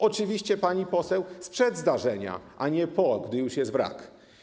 Oczywiście, pani poseł, sprzed zdarzenia, a nie po, gdy jest już wrak.